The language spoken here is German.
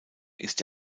ist